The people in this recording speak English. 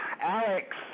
Alex